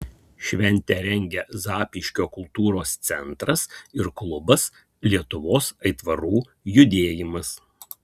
šventę rengia zapyškio kultūros centras ir klubas lietuvos aitvarų judėjimas